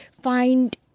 find